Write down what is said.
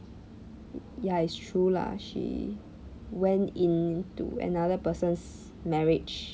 ya it's true lah she went into another person's marriage